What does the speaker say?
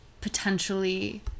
potentially